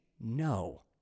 no